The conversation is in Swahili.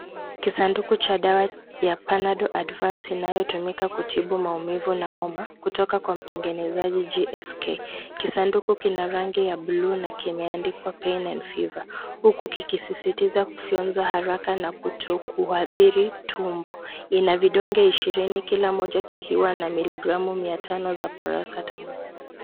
Kisanduku cha dawa ya panadol advance inayotumika kutibu maumivu na homa kutoka kwa mtengenezaji GSK kisanduku kina rangi ya bluu na kimeandikwa pain and fever huku kikisisitiza kufyonzwa haraka na kutoadhiri tumbo, ina vidonge ishirini kila kimoja kikiwa na miligramu mia tano za paracetamol.